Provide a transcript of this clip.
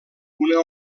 una